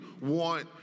want